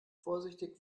vorsichtig